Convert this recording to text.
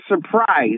surprise